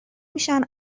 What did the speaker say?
میشن